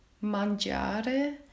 mangiare